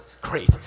Great